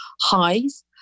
highs